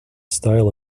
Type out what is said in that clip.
style